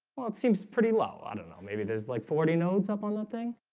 well, it seems pretty low. i don't know. maybe there's like forty nodes up on that thing.